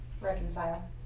Reconcile